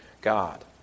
God